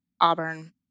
Auburn